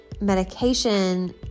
medication